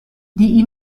die